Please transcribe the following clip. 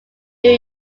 new